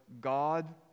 God